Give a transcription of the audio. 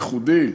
ייחודי.